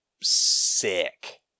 sick